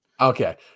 okay